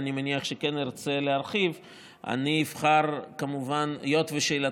אני רוצה לשבח מעל דוכן זה את עבודתן האדירה של העמותות,